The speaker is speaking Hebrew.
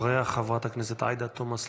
אחריה, חברת הכנסת עאידה תומא סלימאן,